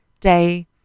day